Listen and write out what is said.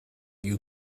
you